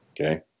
Okay